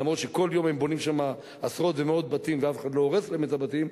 אף שכל יום הם בונים שם עשרות ומאות בתים ואף אחד לא הורס להם את הבתים,